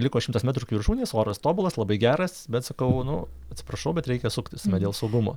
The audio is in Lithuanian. liko šimtas metrų iki viršūnės oras tobulas labai geras bet sakau nu atsiprašau bet reikia suktis dėl saugumo